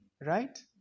Right